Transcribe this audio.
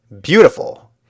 beautiful